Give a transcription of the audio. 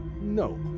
no